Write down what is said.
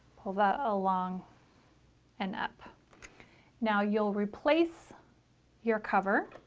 pull that along and up now you'll replace your cover